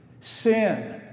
Sin